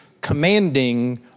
commanding